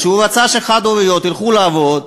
כשהוא רצה שחד-הוריות ילכו לעבוד,